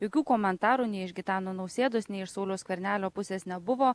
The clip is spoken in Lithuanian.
jokių komentarų nei iš gitano nausėdos nei iš sauliaus skvernelio pusės nebuvo